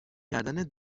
کردن